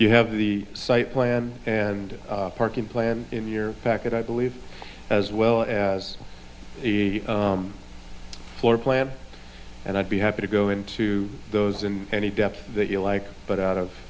you have the site plan and parking plan in your fact that i believe as well as the floor plan and i'd be happy to go into those in any depth that you like but out of